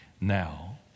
now